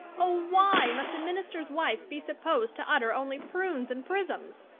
oh, why must a minister's wife be supposed to utter only prunes and prisms?